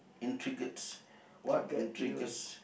intrigues what intrigues